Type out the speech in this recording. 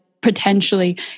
potentially